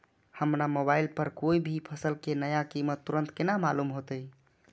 हमरा मोबाइल पर कोई भी फसल के नया कीमत तुरंत केना मालूम होते?